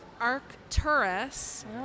Arcturus